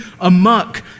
amok